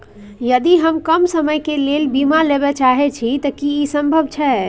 यदि हम कम समय के लेल बीमा लेबे चाहे छिये त की इ संभव छै?